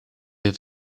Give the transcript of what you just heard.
have